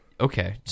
Okay